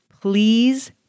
please